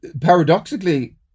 paradoxically